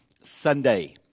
Sunday